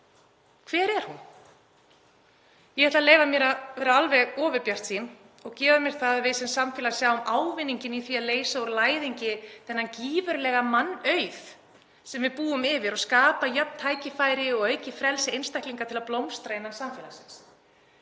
Hver er hún? Ég ætla að leyfa mér að vera alveg ofurbjartsýn og gefa mér að við sem samfélag sjáum ávinninginn af því að leysa úr læðingi þann gífurlega mannauð sem við búum yfir og skapa jöfn tækifæri og aukið frelsi einstaklinga til að blómstra innan samfélagsins.